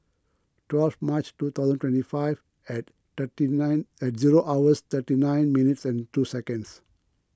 twelve March two thousand twenty five and thirty nine and zero hours thirty nine minutes and two seconds